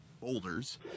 boulders